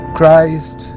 Christ